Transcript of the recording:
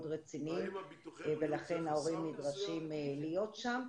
רציני ולכן ההורים נדרשים להיות שם.